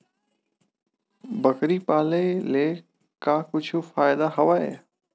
बकरी पाले ले का कुछु फ़ायदा हवय?